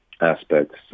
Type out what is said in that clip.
aspects